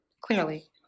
Clearly